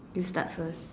you start first